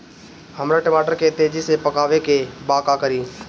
हमरा टमाटर के तेजी से पकावे के बा का करि?